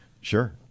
Sure